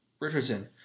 Richardson